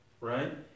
right